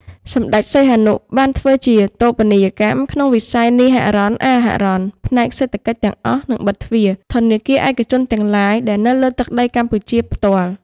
សម្តេច សីហនុបានធ្វើជាតូបនីយកម្មក្នុងវិស័យនីហរ័ណ អាហរ័ណ ផ្នែកសេដ្ឋកិច្ចទាំងអស់ និងបិទទ្វារ ធនាគារឯកជនទាំងឡាយដែលនៅលើទឹកដីកម្ពុជាផ្ទាល់។